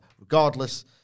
Regardless